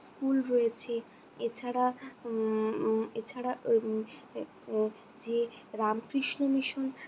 school রয়েছে এছাড়া এছাড়া যে রামকৃষ্ণ মিশন